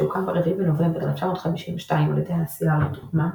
שהוקם ב-4 בנובמבר 1952 על ידי הנשיא הארי טרומן,